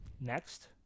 next